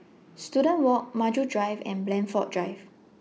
Student Walk Maju Drive and Blandford Drive